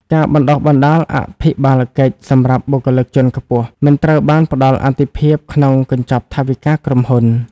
ការបណ្ដុះបណ្ដាលអភិបាលកិច្ចសម្រាប់បុគ្គលិកជាន់ខ្ពស់ មិនត្រូវបានផ្ដល់អាទិភាពក្នុងកញ្ចប់ថវិកាក្រុមហ៊ុន។